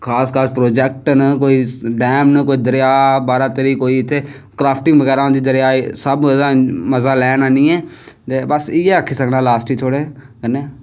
खास खास प्रोजैक्ट न डैम बारहांदरी कोई इत्थें क्राफ्टिंग बगैरा होंदा दरिया च सारे ओह्दा मजा लैन आनियै ते बस इयै आक्खी सकना लास्ट च थुआढ़े कन्नै